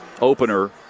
opener